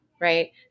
right